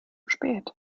spät